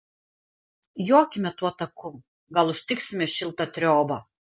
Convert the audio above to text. jokime tuo taku gal užtiksime šiltą triobą